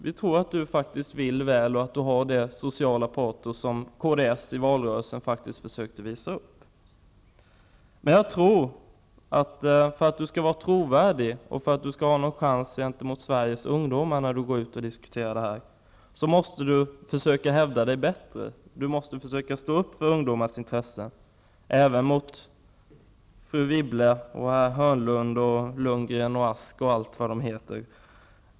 Vi tror att hon vill väl och har det sociala patos som kds i valrörelsen försökte visa. Men för att Inger Davidson skall vara trovärdig och för att hon skall ha en chans gentemot Sveriges ungdomar i diskussioner ute i samhället tror jag att hon måste försöka hävda sig bättre och försöka stå upp för ungdomarnas intressen -- även om hon då måste gå emot fru Wibble, herr Hörnlund, herr Lundgren, Beatrice Ask osv.